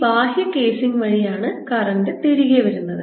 ഈ ബാഹ്യ കേസിംഗ് വഴി ആണ് കറന്റ് തിരികെ വരുന്നത്